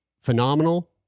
phenomenal